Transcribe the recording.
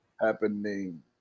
happening